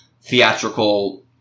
theatrical